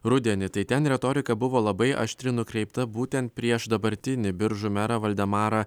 rudenį tai ten retorika buvo labai aštri nukreipta būtent prieš dabartinį biržų merą valdemarą